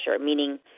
meaning